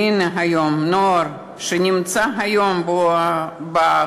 והנה היום, נוער שנמצא היום בכנסת,